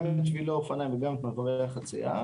את שבילי האופניים וגם את מעברי החצייה,